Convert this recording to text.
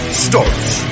starts